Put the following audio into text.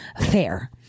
fair